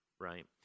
right